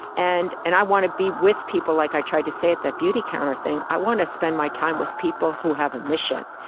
and and i want to be with people like i tried to say at the beautycounter thing i want to spend my time with people who have a mission,